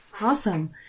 Awesome